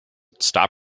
stop